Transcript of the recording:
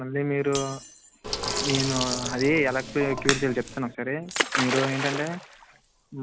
మళ్ళీ మీరు నేను అది ఎలా క్యూర్ చేయాలో చెప్తాను ఒకసారి మీరు ఏంటంటే ఉ